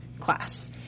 class